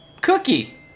Cookie